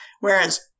whereas